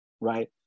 right